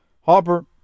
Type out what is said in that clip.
Harper